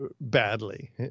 badly